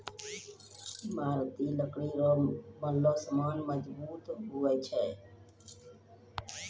ईमारती लकड़ी रो बनलो समान मजबूत हुवै छै